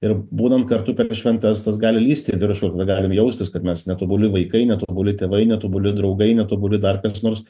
ir būnant kartu per šventes tas gali lįst į viršų arba galim jaustis kad mes netobuli vaikai netobuli tėvai netobuli draugai netobuli dar kas nors